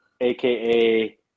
aka